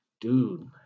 dude